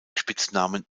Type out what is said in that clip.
spitznamen